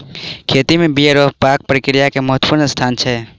खेती में बिया रोपबाक प्रक्रिया के महत्वपूर्ण स्थान छै